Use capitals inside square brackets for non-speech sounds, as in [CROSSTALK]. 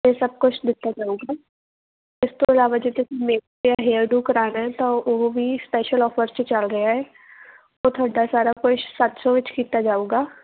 ਇਹ ਸਭ ਕੁਝ ਦਿੱਤਾ ਜਾਊਗਾ ਇਸ ਤੋਂ ਇਲਾਵਾ ਜੇਕਰ [UNINTELLIGIBLE] ਹੇਅਰ ਡੂ ਕਰਵਾਉਣਾ ਤਾਂ ਉਹ ਵੀ ਸਪੈਸ਼ਲ ਆਫਰਸ 'ਚ ਚੱਲ ਰਿਹਾ ਹੈ ਉਹ ਤੁਹਾਡਾ ਸਾਰਾ ਕੁਛ ਸੱਤ ਸੌ ਵਿੱਚ ਕੀਤਾ ਜਾਊਗਾ